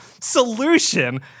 solution